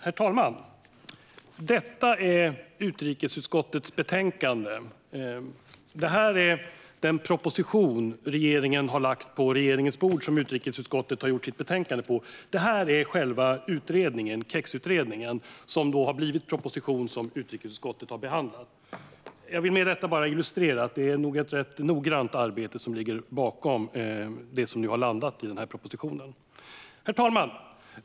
Herr talman! Detta är utrikesutskottets betänkande. Detta är den proposition regeringen har lagt på riksdagens bord och som utrikesutskottet har gjort sitt betänkande på. Detta är själva KEX-utredningen, som har blivit den proposition som utrikesutskottet har behandlat. Jag vill med detta illustrera att det är ett rätt noggrant arbete som ligger bakom det som nu har landat i denna proposition. Herr talman!